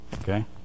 Okay